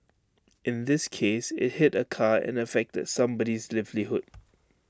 in this case IT hit A car and affected somebody's livelihood